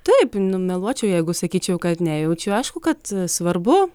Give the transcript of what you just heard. taip nu meluočiau jeigu sakyčiau kad ne jau čia aišku kad svarbu